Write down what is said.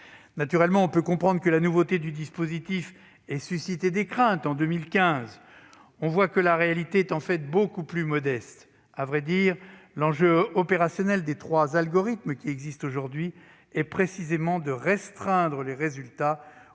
Naturellement, on peut comprendre que la nouveauté du dispositif ait suscité des craintes en 2015. On voit que la réalité est en fait beaucoup plus modeste. À vrai dire, l'enjeu opérationnel des trois algorithmes qui existent aujourd'hui est précisément de restreindre les résultats